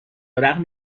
رغم